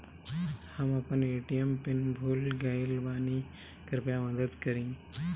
हम अपन ATM PIN भूल गएल बानी, कृपया मदद करीं